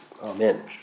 Amen